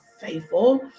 faithful